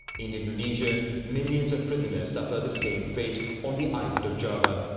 in indonesia, millions of prisoners suffer the same fate on the island of java.